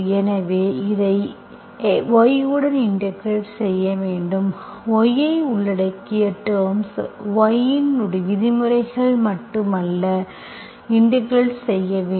எனவே இதை y உடன் இன்டெகிரெட் செய்ய வேண்டும் y ஐ உள்ளடக்கிய டெர்ம்ஸ் y இன் விதிமுறைகள் மட்டுமல்ல இன்டெகிரெட் செய்ய வேண்டும்